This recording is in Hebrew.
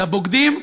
לבוגדים,